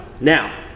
Now